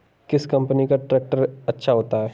किस कंपनी का ट्रैक्टर अच्छा होता है?